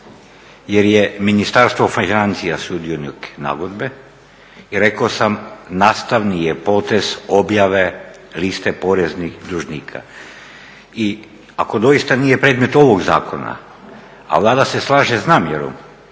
jer je Ministarstvo financija sudionik nagodbe i rekao sam nastavni je potez objave liste poreznih dužnika. I ako doista nije predmet ovog zakona, a Vlada se slaže s namjerom